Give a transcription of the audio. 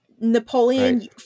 Napoleon